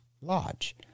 lodge